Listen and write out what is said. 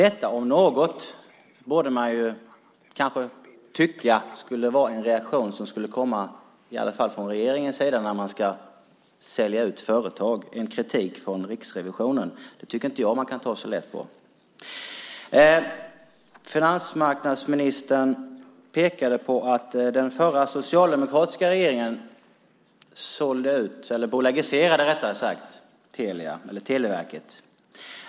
En sådan kritik från Riksrevisionen borde om något leda till en reaktion från regeringens sida när de ska sälja ut företag. Det tycker inte jag att man kan ta så lätt på. Finansmarknadsministern pekade på att den förra socialdemokratiska regeringen bolagiserade Televerket.